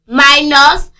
minus